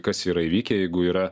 kas yra įvykę jeigu yra